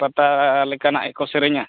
ᱯᱟᱛᱟ ᱞᱮᱠᱟᱱᱟᱜ ᱜᱮᱠᱚ ᱥᱮᱨᱮᱧᱟ